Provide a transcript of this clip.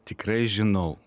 tikrai žinau